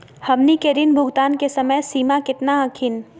हमनी के ऋण भुगतान के समय सीमा केतना हखिन?